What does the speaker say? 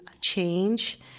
change